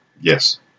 Yes